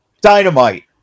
dynamite